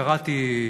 קראתי,